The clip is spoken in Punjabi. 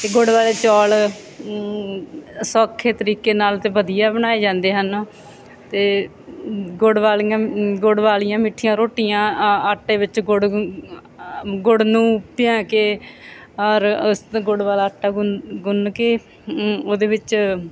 ਅਤੇ ਗੁੜ ਵਾਲੇ ਚੌਲ ਸੌਖੇ ਤਰੀਕੇ ਨਾਲ ਅਤੇ ਵਧੀਆ ਬਣਾਏ ਜਾਂਦੇ ਹਨ ਅਤੇ ਗੁੜ ਵਾਲੀਆਂ ਗੁੜ ਵਾਲੀਆਂ ਮਿੱਠੀਆਂ ਰੋਟੀਆਂ ਅ ਆਟੇ ਵਿੱਚ ਗੁੜ ਗੁੜ ਨੂੰ ਭਿਓਂ ਕੇ ਔਰ ਉਸ ਗੁੜ ਵਾਲਾ ਆਟਾ ਗੁੰਨ ਗੁੰਨ ਕੇ ਉਹਦੇ ਵਿੱਚ